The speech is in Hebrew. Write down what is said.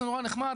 זה נורא נחמד,